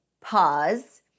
Pause